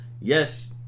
yes